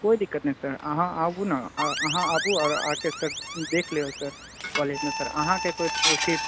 कोइ दिक्कत नहि सर अहाँ आबू ने अहाँ आबू आओर आके सभ देखि लिऔ सर कॉलेजमे सर अहाँकेँ कोइ ओथि